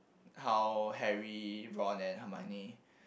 how Harry Ron and Hermione